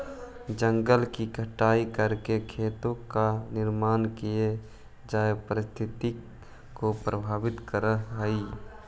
जंगलों की कटाई करके खेतों का निर्माण किये जाए पारिस्थितिकी को प्रभावित करअ हई